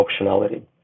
optionality